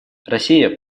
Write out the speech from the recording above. россия